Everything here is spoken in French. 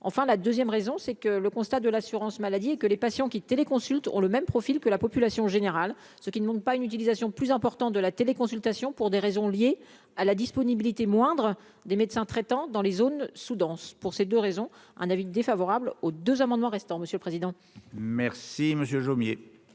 enfin la 2ème raison c'est que le constat de l'assurance maladie et que les patients qui télé consulte ont le même profil que la population générale, ce qui ne manque pas une utilisation plus important de la téléconsultation pour des raisons liées à la disponibilité moindre des médecins traitants dans les zones sous-denses pour ces 2 raisons, un avis défavorable aux deux amendements restant, monsieur le président. Merci Monsieur